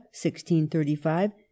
1635